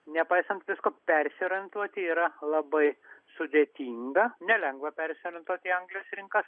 nepaisant visko persiorientuoti yra labai sudėtinga nelengva persiorientuoti į anglijos rinkas